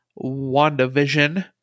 WandaVision